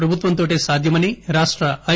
ప్రభుత్వంతోటే సాధ్యమని రాష్ట ఐ